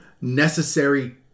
necessary